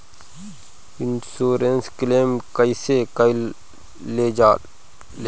Insurance claim कइसे कइल जा ले?